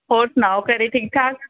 ਹੋਰ ਸੁਣਾਓ ਘਰੇ ਠੀਕ ਠਾਕ